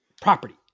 property